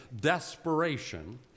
desperation